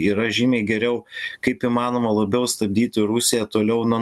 yra žymiai geriau kaip įmanoma labiau stabdyti rusiją toliau nuo